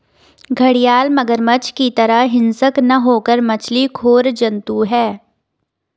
घड़ियाल मगरमच्छ की तरह हिंसक न होकर मछली खोर जंतु है